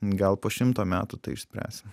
gal po šimto metų tai išspręsim